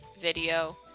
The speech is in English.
video